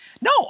no